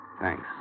Thanks